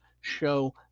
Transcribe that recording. show